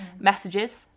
messages